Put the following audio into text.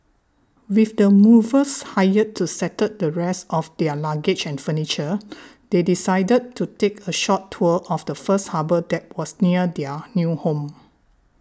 with the movers hired to settle the rest of their luggage and furniture they decided to take a short tour of the first harbour that was near their new home